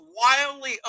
wildly